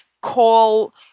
call